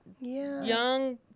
young